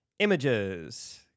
Images